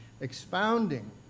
expounding